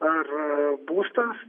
ar ee būstas